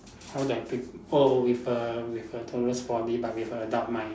how do I pre~ oh with a with a toddler's body but with a adult mind